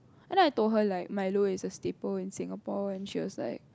and then I told her like Milo is a staple in Singapore and she was like